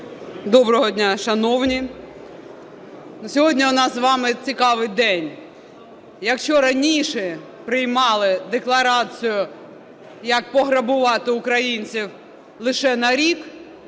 Доброго дня, шановні! Сьогодні у нас з вами цікавий день. Якщо раніше приймали декларацію, як пограбувати українців лише на рік,